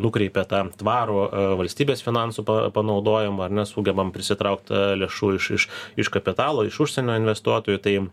nukreipia tą tvarų valstybės finansų panaudojimą ar ne sugebam prisitraukt lėšų iš iš iš kapitalo iš užsienio investuotojų tai